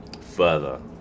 further